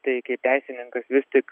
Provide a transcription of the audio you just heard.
tai kaip teisininkas vis tik